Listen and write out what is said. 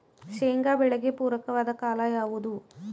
ಶೇಂಗಾ ಬೆಳೆಗೆ ಪೂರಕವಾದ ಕಾಲ ಯಾವುದು?